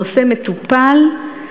הנושא מטופל.